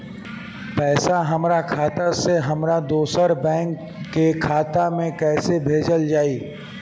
पैसा हमरा खाता से हमारे दोसर बैंक के खाता मे कैसे भेजल जायी?